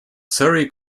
surrey